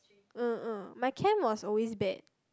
uh uh my chem was always bad